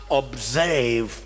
observe